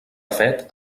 fet